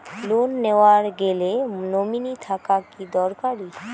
Loan নেওয়ার গেলে nominee থাকা কি দরকারী?